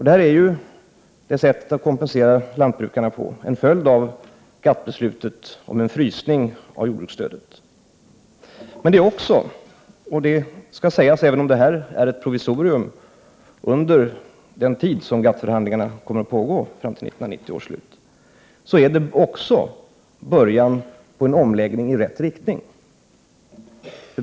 Detta sätt att kompensera lantbrukarna är en följd av GATT-beslutet om en frysning av jordbruksstödet. Men det är också — det skall sägas även om detta är ett provisorium under den tid som GATT-förhandlingarna kommer att pågå fram till 1990 års slut — en början på en omläggning i rätt riktning.